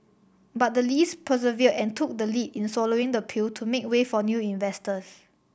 but the Lees persevered and took the lead in swallowing the pill to make way for new investors